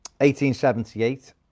1878